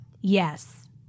Yes